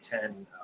Ten